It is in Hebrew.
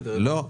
לא.